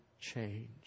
change